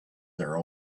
their